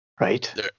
Right